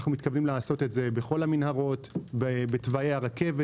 אנחנו מתכוונים לעשות את זה בכל המנהרות ובתוואי הרכבת